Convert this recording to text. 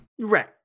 Right